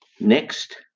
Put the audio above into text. next